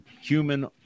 human